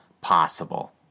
possible